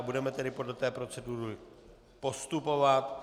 Budeme tedy podle té procedury postupovat.